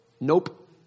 nope